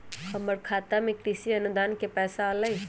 हमर खाता में कृषि अनुदान के पैसा अलई?